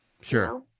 sure